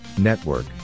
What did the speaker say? Network